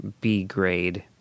B-grade